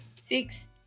six